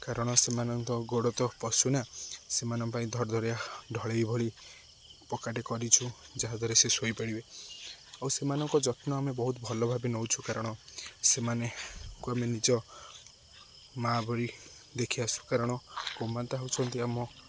କାରଣ ସେମାନଙ୍କ ଗୋଡ଼ ତ ପଶୁ ନା ସେମାନଙ୍କ ପାଇଁ ଧଡ଼ ଧଡ଼ିଆ ଢଳେଇ ଭଳି ପକ୍କାଟେ କରିଛୁ ଯାହା ଦ୍ୱାରା ସେ ଶୋଇପାରିବେ ଆଉ ସେମାନଙ୍କ ଯତ୍ନ ଆମେ ବହୁତ ଭଲ ଭାବେ ନେଉଛୁ କାରଣ ସେମାନଙ୍କୁ ଆମେ ନିଜ ମା' ଭଳି ଦେଖି ଆସୁ କାରଣ ଗୋମାତା ହେଉଛନ୍ତି ଆମ